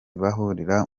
bahurira